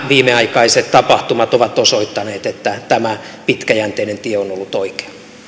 viimeaikaiset tapahtumat ovat osoittaneet että tämä pitkäjänteinen tie on ollut oikea